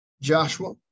joshua